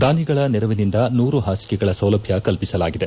ದಾನಿಗಳ ನೆರವಿನಿಂದ ನೂರು ಹಾಸಿಗೆಗಳ ಸೌಲಭ್ಹ ಕಲ್ಪಿಸಲಾಗಿದೆ